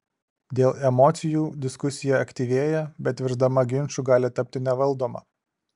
dėl emocijų diskusija aktyvėja bet virsdama ginču gali tapti nevaldoma